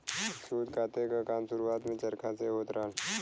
सूत काते क काम शुरुआत में चरखा से होत रहल